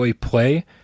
play